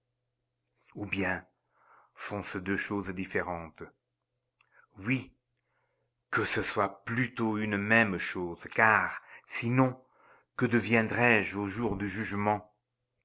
ou bien sont-ce deux choses différentes oui que ce soit plutôt une même chose car sinon que deviendrai-je au jour du jugement